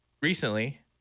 recently